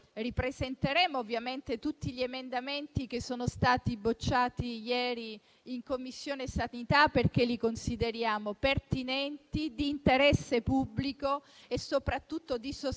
ripresenteremo in Aula tutti gli emendamenti che sono stati bocciati ieri in Commissione sanità, perché li consideriamo pertinenti, di interesse pubblico e soprattutto di sostegno